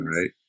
Right